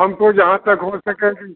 हमको जहाँ तक हो सकेगी